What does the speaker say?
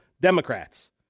Democrats